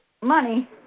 money